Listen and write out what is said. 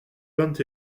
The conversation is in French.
vingt